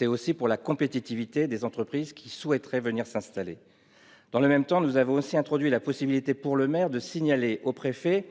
Il y va également de la compétitivité des entreprises qui souhaitent s'installer. Dans le même temps, nous avons aussi introduit la possibilité, pour le maire, de signaler au préfet